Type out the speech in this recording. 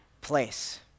place